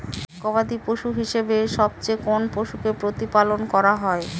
গবাদী পশু হিসেবে সবচেয়ে কোন পশুকে প্রতিপালন করা হয়?